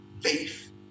faith